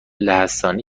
لهستانی